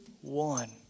one